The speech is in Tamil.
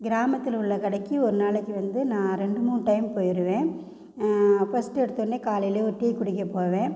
கிராமத்தில் உள்ள கடைக்கு ஒரு நாளைக்கு வந்து நான் ரெண்டு மூணு டைம் போயிருவேன் ஃபர்ஸ்ட்டு எடுத்தோன்னே காலைல ஒரு டீ குடிக்க போவேன்